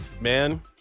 man